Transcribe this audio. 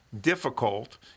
difficult